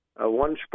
one